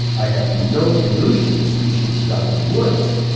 i have no illusion the species is out of the woods,